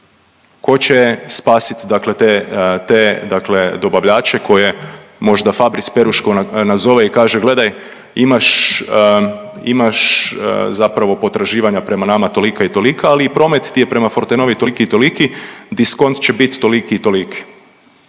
Ko će spasit te dobavljače koje možda Fabris Peruško nazove i kaže gledaj imaš zapravo potraživanja prema nama tolika i tolika, ali i promet ti je prema Fortenovi toliki i toliki, diskont će biti toliki i toliki.